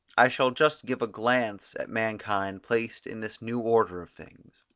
i shall just give a glance at mankind placed in this new order of things.